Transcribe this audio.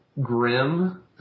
grim